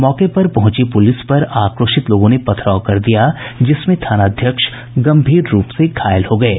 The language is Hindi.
मौके पर पहुंची पुलिस पर आक्रोशित लोगों ने पथराव कर दिया जिसमें थानाध्यक्ष गंभीर रूप से घायल हो गये